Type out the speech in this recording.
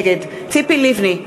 נגד ציפי לבני,